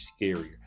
scarier